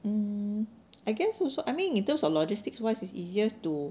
um I guess also I mean in terms of logistics wise it's easier to